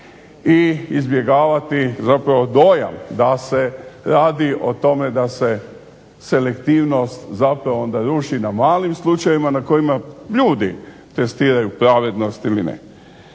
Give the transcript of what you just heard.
i izbjegavati zapravo dojam da se radi o tome da se selektivnost zapravo onda ruši na malim slučajevima na kojima ljudi testiraju pravednost ili ne.